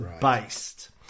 based